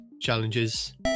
Challenges